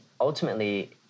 ultimately